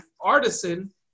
artisan